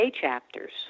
chapters